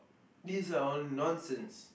these are all nonsense